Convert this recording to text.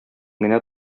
генә